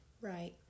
Right